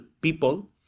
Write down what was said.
people